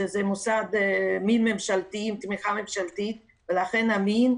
שזה מוסד מעין ממשלתי עם תמיכה ממשלתית ולכן אמין.